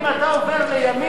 אם אני עכשיו עובר לשמאל,